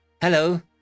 Hello